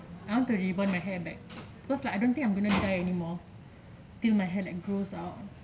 I want to rebond my hair back because like I don't think I'm gonna dye anymore till like my hair grows out